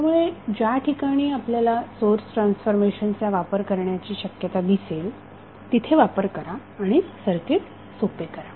त्यामुळे ज्या ठिकाणी आपल्याला सोर्स ट्रान्सफॉर्मेशनचा वापर करण्याची शक्यता दिसेल तिथे वापर करा आणि सर्किट सोपे करा